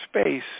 space